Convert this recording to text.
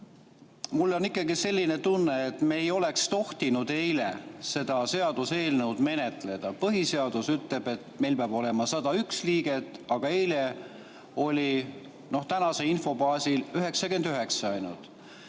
mul on ikkagi selline tunne, et me ei oleks tohtinud eile seda seaduseelnõu menetleda. Põhiseadus ütleb, et meil peab olema 101 liiget, aga eile oli tänase info baasil ainult